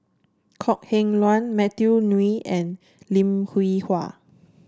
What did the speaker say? Kok Heng Leun Matthew Ngui and Lim Hwee Hua